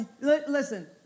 Listen